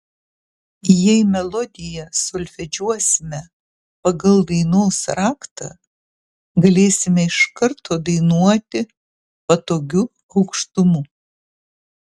jei melodiją solfedžiuosime pagal dainos raktą galėsime iš karto dainuoti patogiu aukštumu